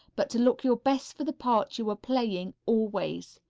but to look your best for the part you are playing, always.